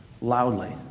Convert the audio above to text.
loudly